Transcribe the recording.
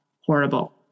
horrible